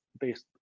Based